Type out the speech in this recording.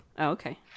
Okay